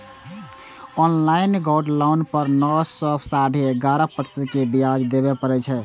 online gold loan पर नौ सं साढ़े ग्यारह प्रतिशत के ब्याज देबय पड़ै छै